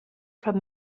from